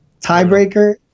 Tiebreaker